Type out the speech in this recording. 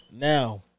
Now